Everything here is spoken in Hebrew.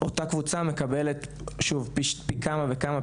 אותה קבוצה מקבלת פי כמה וכמה,